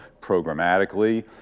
programmatically